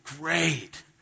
great